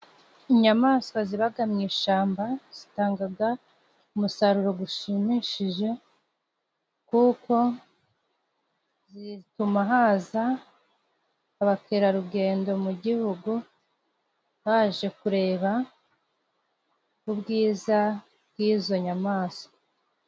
Inyamaswa zibaga mu ishyamba, zitangaga umusaruro gushimishije kuko zituma haza abakerarugendo mu gihugu, baje kureba ubwiza bw'izo nyamaswa.